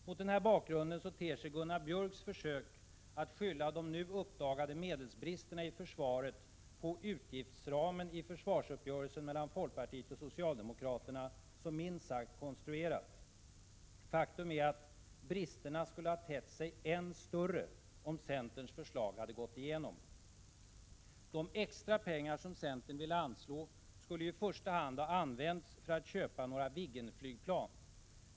Mot den bakgrunden ter sig Gunnar Björks försök att skylla de nu uppdagade medelsbristerna i försvaret på utgiftsramen i försvarsuppgörelsen mellan folkpartiet och socialdemokraterna som minst sagt konstruerat. Faktum är att bristerna skulle ha tett sig än större om centerns förslag hade gått igenom. De extra pengar som centern ville anslå skulle ju i första hand ha använts för att köpa några Viggenflygplan.